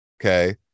okay